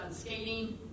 skating